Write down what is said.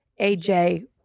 AJ